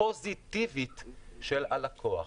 פוזיטיבית של הלקוח.